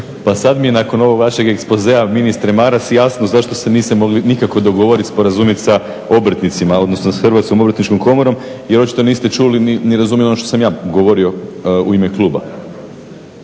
Pa sada mi je nakon ovog vašeg ekspozea ministre Maras jasno zašto se niste mogli nikako dogovoriti, sporazumjeti sa obrtnicima, odnosno sa Hrvatskom obrtničkog komorom jer očito niste čuli ni razumjeli ono što sam ja govorio u ime Kluba.